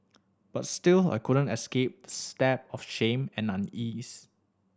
but still I couldn't escape stab of shame and unease